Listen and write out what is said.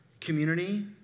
Community